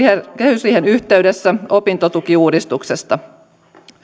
kehysriihen yhteydessä opintotukiuudistuksesta